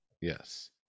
Yes